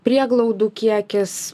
prieglaudų kiekis